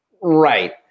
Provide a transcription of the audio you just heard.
Right